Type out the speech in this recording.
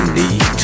need